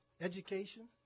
education